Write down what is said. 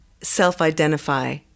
self-identify